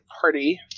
party